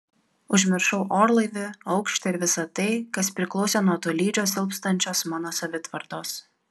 užmiršau orlaivį aukštį ir visa tai kas priklausė nuo tolydžio silpstančios mano savitvardos